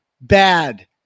bad